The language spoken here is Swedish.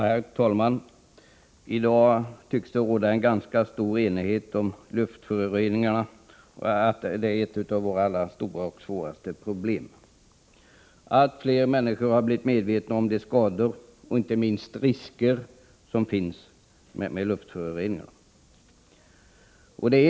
Herr talman! Det tycks i dag råda en ganska stor enighet om att luftföroreningarna är ett av våra största och svåraste problem. Allt fler människor har blivit medvetna om de skaderisker som är förknippade med luftföroreningar.